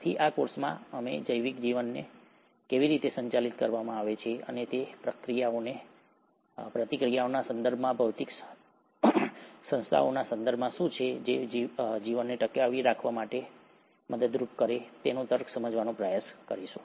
આથી આ કોર્સમાં અમે જૈવિક જીવનને કેવી રીતે સંચાલિત કરવામાં આવે છે અને તે પ્રતિક્રિયાઓના સંદર્ભમાં ભૌતિક સંસ્થાઓના સંદર્ભમાં શું છે જે જીવનને ટકી રહેવા અને ટકાવી રાખવામાં મદદ કરે છે તેના તર્કને સમજવાનો પ્રયાસ કરીશું